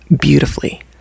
beautifully